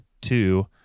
two